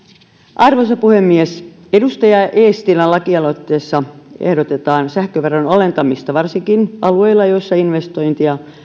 arvoisa puhemies edustaja eestilän lakialoitteessa ehdotetaan sähköveron alentamista varsinkin alueilla joilla investointeja